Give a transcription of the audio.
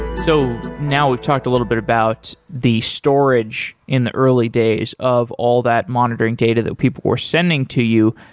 so now we've talked a little bit about the storage in the early days of all that monitoring data that people were sending to you.